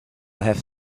have